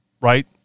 right